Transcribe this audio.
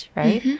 right